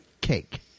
cake